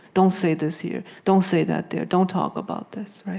don't say this here. don't say that there. don't talk about this.